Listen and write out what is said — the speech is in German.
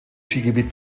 skigebiet